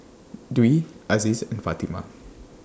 Dwi Aziz and Fatimah